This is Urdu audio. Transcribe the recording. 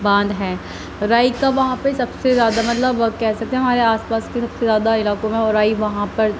باندھ ہے رائی کا وہاں پہ سب سے زیادہ مطلب وہ کہہ سکتے ہیں ہمارے آس پاس کے سب سے زیادہ علاقوں میں رائی وہاں پر